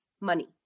money